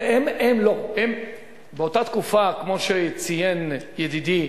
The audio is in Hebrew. באותה תקופה, כמו שציין ידידי